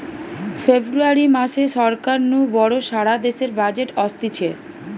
ফেব্রুয়ারী মাসে সরকার নু বড় সারা দেশের বাজেট অসতিছে